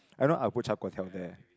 I know I'll put char kway teow there